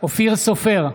אופיר סופר,